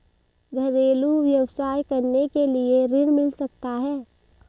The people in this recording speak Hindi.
घरेलू व्यवसाय करने के लिए ऋण मिल सकता है?